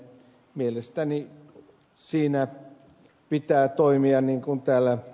mielestäni on niin kuin ed